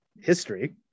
history